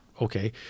okay